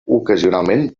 ocasionalment